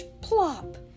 plop